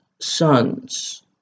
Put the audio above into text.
sons